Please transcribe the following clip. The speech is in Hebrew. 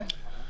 כן.